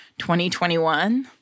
2021